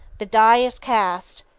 the die is cast!